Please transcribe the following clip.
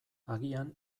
agian